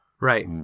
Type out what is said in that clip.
Right